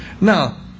Now